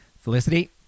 Felicity